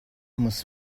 muss